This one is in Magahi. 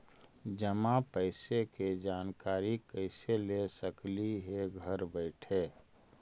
जमा पैसे के जानकारी कैसे ले सकली हे घर बैठे?